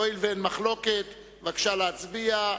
הואיל ואין מחלוקת, בבקשה להצביע.